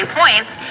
points